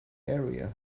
area